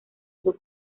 sus